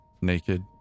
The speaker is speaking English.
naked